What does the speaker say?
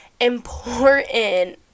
important